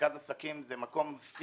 מרכז עסקים הוא מקום פיזי